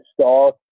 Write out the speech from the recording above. star